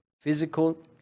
physical